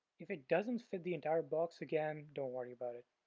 if it doesn't fit the entire box, again don't worry about it.